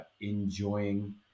enjoying